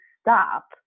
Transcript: stop